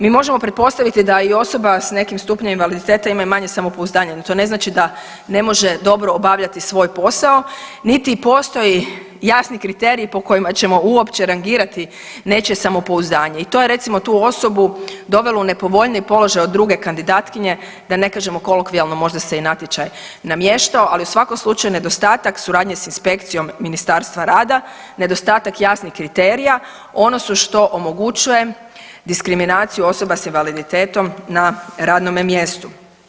Mi možemo pretpostaviti da i osoba s nekim stupnjem invaliditeta ima i manje, ali to ne znači da ne može dobro obavljati svoj posao, niti postoje jasni kriteriji po kojima ćemo uopće rangirati nečije samopouzdanje i to je recimo tu osobu dovelo u nepovoljniji položaj od druge kandidatkinje da ne kažemo kolokvijalno možda se i natječaj namještao, ali u svakom slučaju nedostatak s inspekcijom Ministarstva rada, nedostatak jasnih kriterija ono su što omogućuje diskriminaciju osoba s invaliditetom na radnome mjestu.